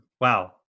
Wow